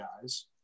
guys